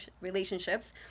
Relationships